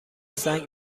سنگ